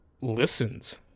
listens